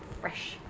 fresh